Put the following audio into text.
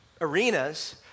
arenas